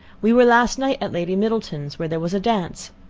we were last night at lady middleton's, where there was a dance.